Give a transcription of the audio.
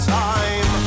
time